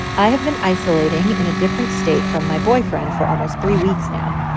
i have been isolating in a different state from my boyfriend for almost three weeks now.